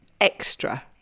extra